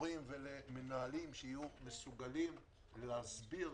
למורים ולמנהלים שיהיו מסוגלים להסביר